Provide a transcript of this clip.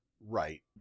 right